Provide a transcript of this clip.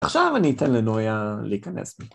עכשיו אני אתן לנויה להיכנס.